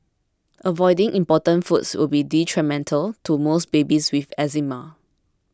avoiding important foods will be detrimental to most babies with eczema